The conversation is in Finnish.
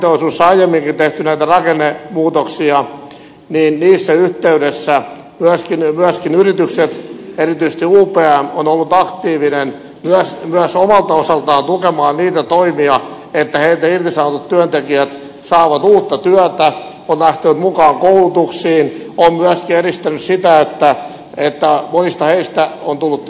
kun tässä on erityisesti paperiteollisuudessa aiemminkin tehty näitä rakennemuutoksia niin niissä yhteyksissä myöskin yritykset erityisesti upm ovat olleet aktiivisia myös omalta osaltaan tukemaan niitä toimia että heiltä irtisanotut työntekijät saavat uutta työtä ovat lähteneet mukaan koulutuksiin ja ovat myöskin edistäneet sitä että monista on tullut yrittäjiä